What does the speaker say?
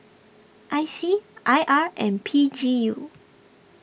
I C I R and P G U